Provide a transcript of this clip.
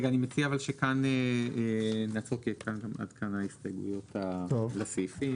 אני מציע שכאן נעצור כי עד כאן ההסתייגויות לסעיפים.